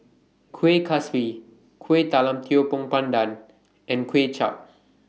Kueh Kaswi Kuih Talam Tepong Pandan and Kuay Chap